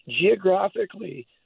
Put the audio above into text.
Geographically